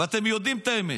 ואתם יודעים את האמת,